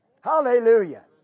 Hallelujah